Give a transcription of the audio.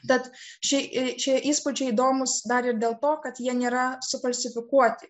bet šie šie įspūdžiai įdomūs dar ir dėl to kad jie nėra sufalsifikuoti